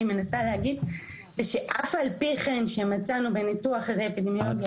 מנסה להגיד שאף על פי כן שמצאנו בניתוח אפידמיולוגיה עלייה